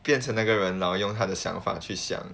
变成那个人然后用他的想法去想